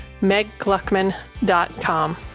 meggluckman.com